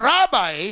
Rabbi